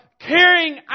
carrying